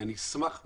אני אשמח מאוד.